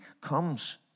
comes